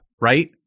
right